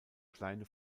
kleine